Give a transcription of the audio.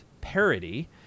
parody